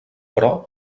però